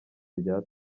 rya